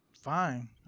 fine